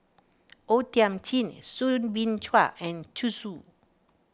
O Thiam Chin Soo Bin Chua and Zhu Xu